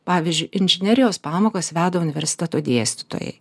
pavyzdžiui inžinerijos pamokas veda universiteto dėstytojai